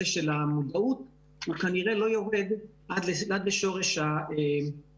של המודעות הוא כנראה לא יורד עד לשורש העניין.